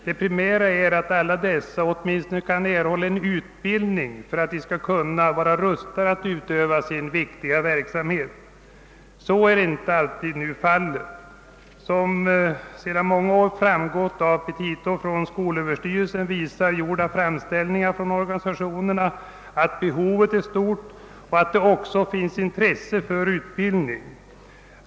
Det primära är att alla dessa åtminstone kan erhålla en utbildning för att de skall kunna vara rustade att utöva sin viktiga verksamhet. Så är nu inte alltid fallet. Som sedan många år framgått av petita från skolöverstyrelsen visar framställningarna från organisationerna att behovet av ledarutbildning är stort och att. det också finns intresse för sådan utbildning.